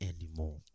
anymore